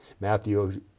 Matthew